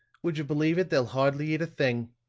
would you believe it, they'll hardly eat a thing.